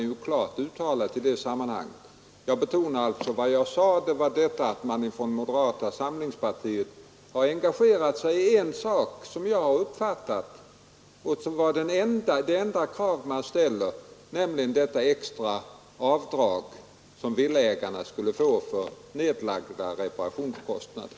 Jag betonar alltså vad jag sade, att man från moderata samlingspartiet, som jag har uppfattat det, har engagerat sig för en grupp — det enda krav man ställer är att villaägarna skall få detta extra avdrag för nedlagda reparationskostnader.